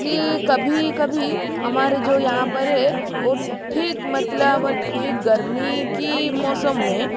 कि कभी कभी हमारे जो यहाँ पर है वह ठीक मतलब ठीक गर्मी की मौसम में